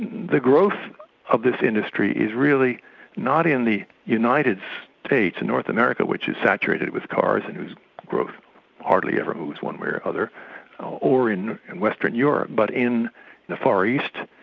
the growth of this industry is really not in the united states, north america, which is saturated with cars, and growth hardly ever moves one way or the other ah or in in western europe but in the far east,